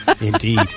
Indeed